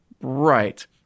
right